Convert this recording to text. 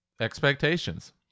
expectations